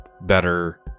better